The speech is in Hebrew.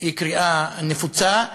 זו קריאה נפוצה,